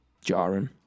jarring